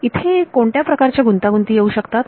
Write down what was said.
इथे कोणत्या प्रकारच्या गुंतागुंती येऊ शकतात